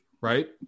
right